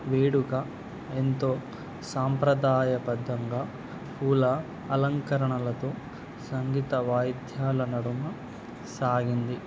వేడుక ఎంతో సాంప్రదాయబద్దంగా పూల అలంకరణలతో సంగీత వాయిద్యాల నడుము సాగింది